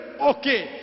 Okay